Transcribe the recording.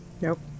Nope